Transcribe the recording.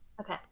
Okay